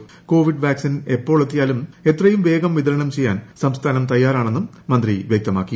ക്ട്രോവീഡ് vaccine എപ്പോൾ എത്തിയാലും എട്ടിയും വേഗം വിതരണം ചെയ്യാൻ സംസ്ഥാനം തയ്യാറാണ്ഡെന്റും മന്ത്രി വൃക്തമാക്കി